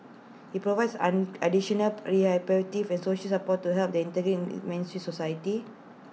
IT provides an additional rehabilitative and support to help them integrate main society